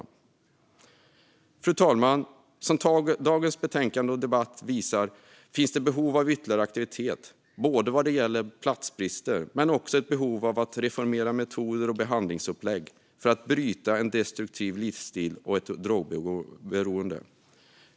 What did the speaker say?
Fru talman! Som dagens betänkande och debatt visar finns det behov av ytterligare aktivitet både vad gäller platsbrist och vad gäller att reformera metoder och behandlingsupplägg för att bryta en destruktiv livsstil och drogberoende.